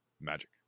magic